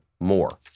more